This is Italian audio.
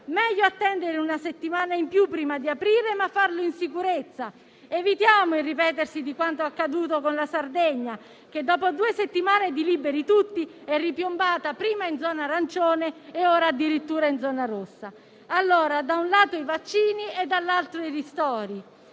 meglio attendere una settimana in più prima di aprire, ma farlo in sicurezza. Evitiamo il ripetersi di quanto accaduto con la Sardegna che, dopo due settimane di liberi tutti, è ripiombata prima in zona arancione e ora addirittura in zona rossa. Allora, da un lato i vaccini e dall'altro i ristori.